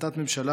החלטת ממשלה,